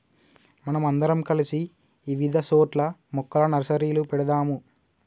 మనం అందరం కలిసి ఇవిధ సోట్ల మొక్కల నర్సరీలు పెడదాము